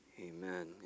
Amen